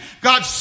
God